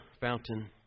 fountain